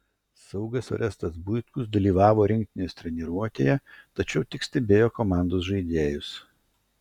saugas orestas buitkus dalyvavo rinktinės treniruotėje tačiau tik stebėjo komandos žaidėjus